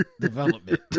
development